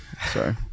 sorry